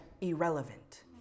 irrelevant